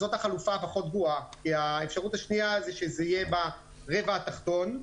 זו החלופה הפחות גרועה כי האפשרות השניה זה שזה יהיה ברבע התחתון,